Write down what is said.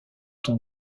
ton